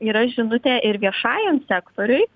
yra žinutė ir viešajam sektoriui